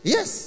Yes